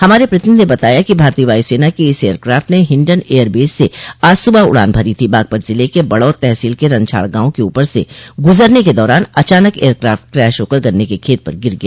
हमारे प्रतिनिधि ने बताया कि भारतीय वायुसेना के इस एयरक्राफ्ट ने हिंडन एयरबेस से आज सूबह उड़ान भरी थी बागपत जिले के बड़ौत तहसील के रंछाड़ गांव के ऊपर से गुजरने के दौरान अचानक एयरक्राफ्ट क्रैश होकर गन्ने के खेत पर गिर गया